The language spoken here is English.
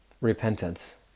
repentance